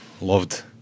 loved